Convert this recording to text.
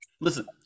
Listen